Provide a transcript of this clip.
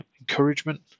encouragement